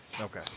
Okay